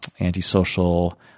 antisocial